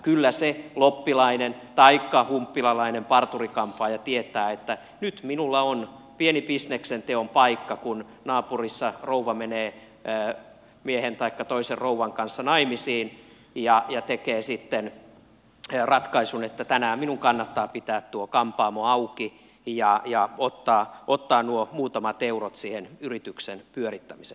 kyllä se loppilainen taikka humppilalainen parturi kampaaja tietää että nyt minulla on pieni bisneksenteon paikka kun naapurissa rouva menee miehen taikka toisen rouvan kanssa naimisiin ja tekee sitten ratkaisun että tänään minun kannattaa pitää tuo kampaamo auki ja ottaa nuo muutamat eurot siihen yrityksen pyörittämiseen